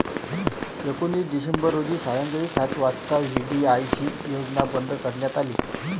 एकोणीस डिसेंबर रोजी सायंकाळी सात वाजता व्ही.डी.आय.सी योजना बंद करण्यात आली